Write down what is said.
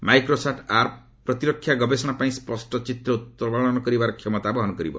Microsat R ପ୍ରତିରକ୍ଷା ଗବେଷଣା ପାଇଁ ସ୍ୱଷ୍ଟ ଚିତ୍ର ଉତ୍ତୋଳନ କରିବାର କ୍ଷମତା ବହନ କରିବ